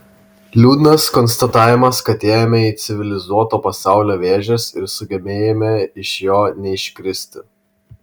liūdnas konstatavimas kad įėjome į civilizuoto pasaulio vėžes ir sugebėjome iš jo neiškristi